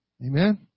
Amen